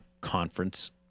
Conference